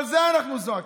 על זה אנחנו זועקים: